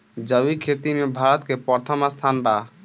जैविक खेती में भारत के प्रथम स्थान बा